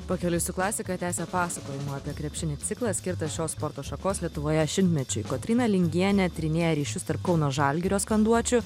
pakeliui su klasika tęsia pasakojimų apie krepšinį ciklą skirtą šios sporto šakos lietuvoje šimtmečiui kotryna lingienė tyrinėja ryšius tarp kauno žalgirio skanduočių